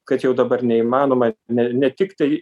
kad jau dabar neįmanoma ne ne tik tai